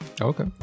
Okay